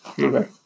Okay